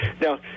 Now